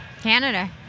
Canada